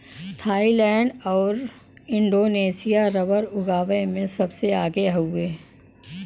Thailand आउर Indonesia rubber उगावे में सबसे आगे हउवे